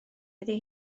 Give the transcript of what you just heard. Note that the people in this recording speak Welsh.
iddi